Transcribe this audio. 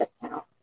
discount